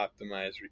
optimize